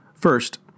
First